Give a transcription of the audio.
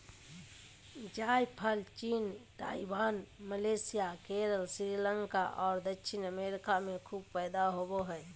जायफल चीन, Taiwan, Malaysia, Kerala, Sri Lanka और दक्षिणी अमेरिका में खूब पैदा होबो हइ